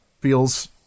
feels